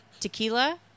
Tequila